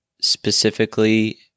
specifically